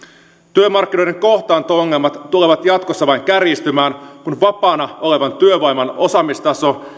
työmarkkinoiden kohtaanto ongelmat tulevat jatkossa vain kärjistymään kun vapaana olevan työvoiman osaamistaso